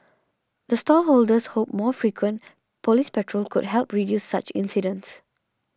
the stall holders hope more frequent police patrol could help reduce such incidents